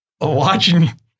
watching